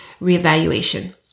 reevaluation